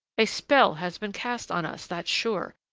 a spell has been cast on us, that's sure,